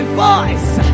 voice